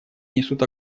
несут